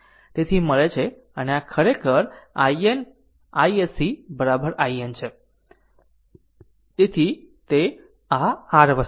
તેથી મળે છે અને આ ખરેખર IN iSC IN છે તેથી તે આ r વસ્તુ છે